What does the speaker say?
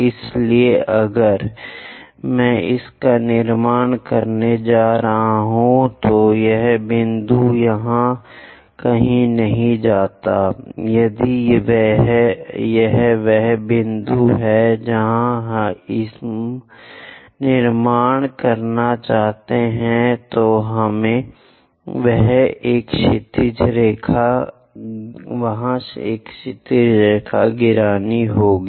इसलिए अगर मैं इसका निर्माण करने जा रहा हूं तो यह बिंदु यहां कहीं नहीं जाता है यदि यह वह बिंदु है जहां हम निर्माण करना चाहते हैं तो हमें वहां एक क्षैतिज रेखा गिरानी होगी